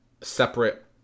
separate